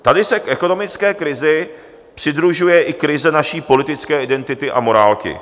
Tady se k ekonomické krizi přidružuje i krize naší politické identity a morálky.